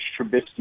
Trubisky